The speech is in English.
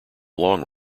long